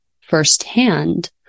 firsthand